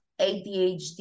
ADHD